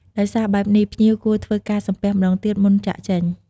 ដោយសារបែបនេះ ភ្ញៀវគួរធ្វើការសំពះម្តងទៀត មុនចាកចេញ។